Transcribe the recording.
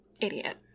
idiot